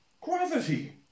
Gravity